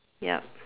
ya